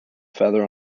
feather